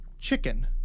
chicken